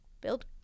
build